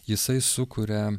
jisai sukuria